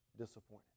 disappointed